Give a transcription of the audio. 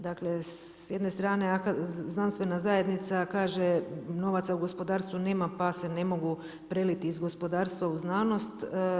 Dakle, s jedne strane znanstvena zajednica kaže novaca u gospodarstvu nema pa se ne mogu preliti iz gospodarstva u znanost.